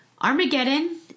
Armageddon